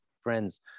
friends